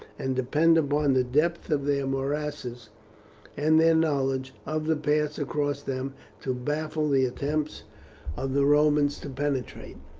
and depend upon the depth of their morasses and their knowledge of the paths across them to baffle the attempts of the romans to penetrate.